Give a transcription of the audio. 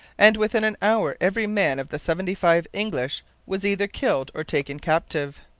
and within an hour every man of the seventy-five english was either killed or taken captive.